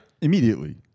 Immediately